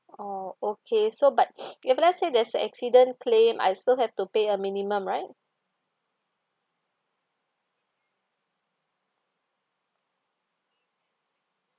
oh okay so but if let's say there's a accident claim I still have to pay a minimum right